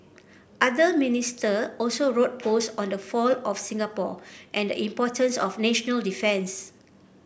other Minister also wrote post on the fall of Singapore and the importance of national defence